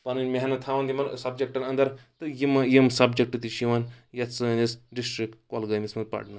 پَنٕنۍ محنت تھاوَان دِن سبجکٹَن اَندَر تہٕ یِمہٕ یِم سَبجَکٹہٕ تہِ چھِ یِوان یَتھ سٲنِس ڈِسٹرک کۄلگٲمِس منٛز پَرنہٕ